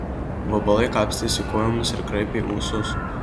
vabalai kapstėsi kojomis ir kraipė ūsus